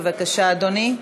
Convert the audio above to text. בבקשה, אדוני.